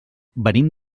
venim